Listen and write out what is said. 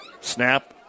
Snap